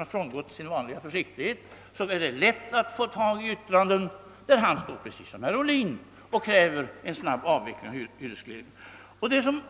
inte frångått sin vanliga försiktighet är det alltså lätt att få tag i yttranden där han, precis som herr Ohlin, krävt en snabb av veckling av hyresregleringen.